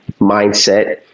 mindset